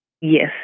Yes